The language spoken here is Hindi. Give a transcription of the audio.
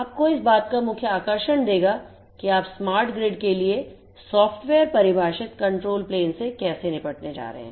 आपको इस बात का मुख्य आकर्षण देगा कि आप स्मार्ट ग्रिड के लिए सॉफ्टवेयर परिभाषित control प्लेन से कैसे निपटने जा रहे हैं